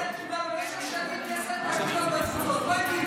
מדינת ישראל קיבלה במשך שנים כסף מיהודי התפוצות,